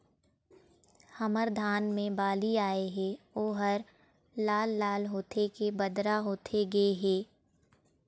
हमर धान मे बाली आए हे ओहर लाल लाल होथे के बदरा होथे गे हे?